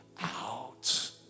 out